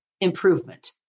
improvement